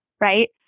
right